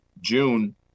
June